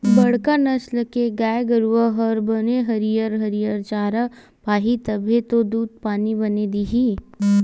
बड़का नसल के गाय गरूवा हर बने हरियर हरियर चारा पाही तभे तो दूद पानी बने दिही